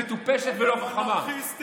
מטופשת ולא חכמה.